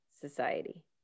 Society